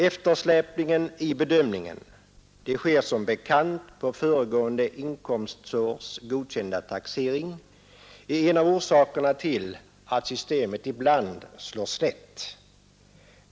Eftersläpningen i bedömningen — denna sker som bekant med ledning av föregående inkomstårs godkända taxering — är en av orsakerna till att systemet ibland slår snett.